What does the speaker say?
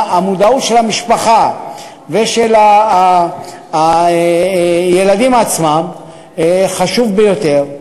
המודעות של המשפחה ושל הילדים עצמם חשובה ביותר,